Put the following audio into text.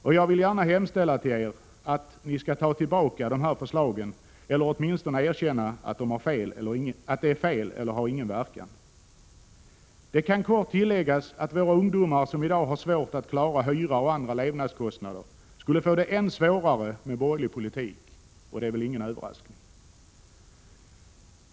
Och jag vill gärna hemställa om att ni tar tillbaka dessa förslag eller åtminstone erkänner att de är fel — eller att de inte har någon verkan. Det kan kort tilläggas att våra ungdomar, som i dag har svårt att klara hyra och andra levnadskostnader, skulle få det än svårare med borgerlig politik, och det är väl ingen överraskning.